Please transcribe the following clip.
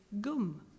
gum